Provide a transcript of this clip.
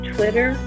Twitter